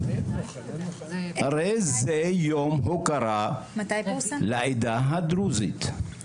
הרי זה יום הוקרה לעדה הדרוזית.